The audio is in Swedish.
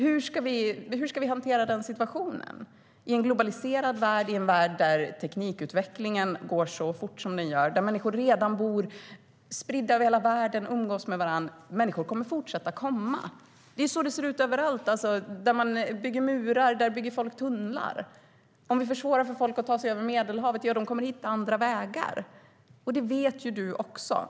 Hur ska vi hantera den situationen i en globaliserad värld, i en värld där teknikutvecklingen går så fort som den gör? Människor bor redan spridda över hela världen och umgås med varandra. Människor kommer att fortsätta att komma. Så ser det ut överallt. Där man bygger murar där bygger folk tunnlar. Om vi försvårar för folk att ta sig över Medelhavet kommer de hit på andra vägar. Det vet du också.